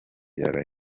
yari